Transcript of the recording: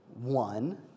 one